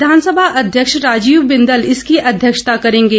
विधानसभा अध्यक्ष राजीव बिंदल इसकी अध्यक्षता करेंगे